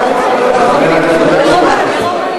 עד שלוש דקות לרשותך.